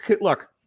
look